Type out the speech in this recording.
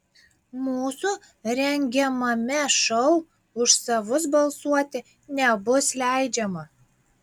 mūsų rengiamame šou už savus balsuoti nebus leidžiama